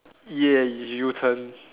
yeah you turn